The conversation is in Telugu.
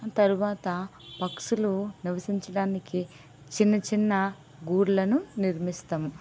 తరువాత పక్షులు నివసించడానికి చిన్న చిన్న గూళ్ళను నిర్మిస్తాము